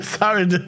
Sorry